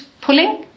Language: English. pulling